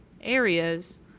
areas